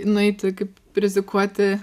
nueiti kaip rizikuoti